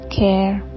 care